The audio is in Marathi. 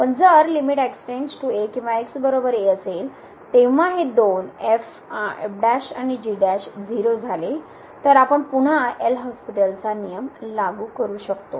पण जर लिमिट असेल तेंव्हा हे दोन f आणि g 0 झाले तर आपण पुन्हा एल हॉस्पिटलचा नियम लागू करू शकतो